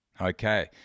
Okay